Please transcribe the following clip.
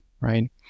right